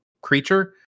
creature